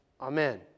Amen